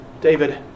David